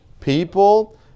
People